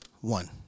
One